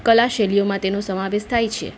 કલાશૈલીઓમાં તેનો સમાવેશ થાય છે